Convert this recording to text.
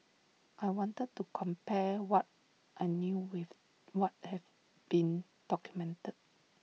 I wanted to compare what I knew with what have been documented